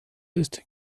ist